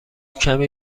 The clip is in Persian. کمی